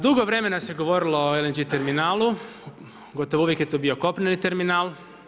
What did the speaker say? Dugo vremena se govorilo o LNG Terminalu, gotovo uvijek je to kopneni terminal.